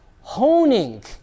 honing